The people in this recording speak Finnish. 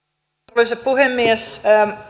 arvoisa puhemies